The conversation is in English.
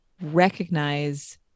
recognize